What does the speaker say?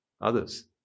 others